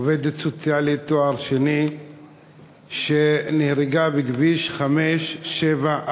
עובדת סוציאלית בעלת תואר שני שנהרגה בכביש 574,